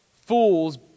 fools